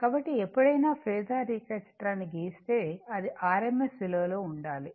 కాబట్టి ఎప్పుడైనా ఫేసర్ రేఖాచిత్రాన్ని గీస్తే అది rms విలువలో ఉండాలి